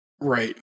Right